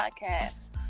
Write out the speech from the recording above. Podcast